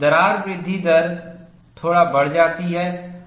दरार वृद्धि दर थोड़ा बढ़ जाती है